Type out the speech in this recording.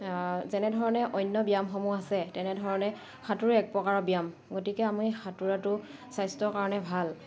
যেনেধৰণে অন্য ব্যায়ামসমূহ আছে তেনেধৰণে সাঁতোৰো এক প্ৰকাৰৰ ব্যায়াম গতিকে আমি সাঁতোৰাটো স্বাস্থ্যৰ কাৰণে ভাল